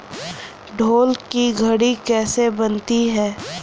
ढोल की छड़ी कैसे बनती है?